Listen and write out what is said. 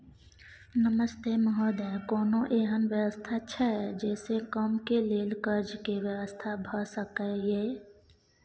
नमस्ते महोदय, कोनो एहन व्यवस्था छै जे से कम के लेल कर्ज के व्यवस्था भ सके ये?